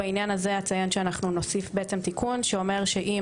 בעניין זה אציין שנוסיף תיקון שיאמר שאם